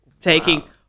Taking